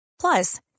Plus